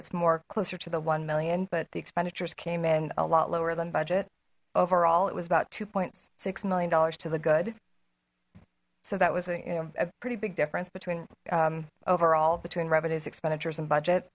it's more closer to the one million but the expenditures came in a lot lower than budget overall it was about two six million dollars to the good so that was a pretty big difference between overall between revenues expenditures and budget